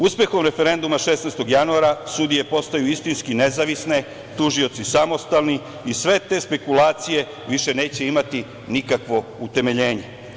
Uspehom referenduma 16. januara, sudije postaju istinski nezavisne, tužioci samostalni i sve te spekulacije više neće imati nikakvo utemeljenje.